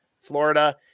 Florida